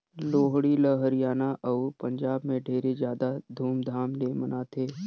लोहड़ी ल हरियाना अउ पंजाब में ढेरे जादा धूमधाम ले मनाथें